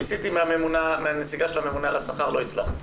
ניסיתי להבין מהנציגה של הממונה על השכר לא הצלחתי.